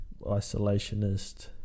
isolationist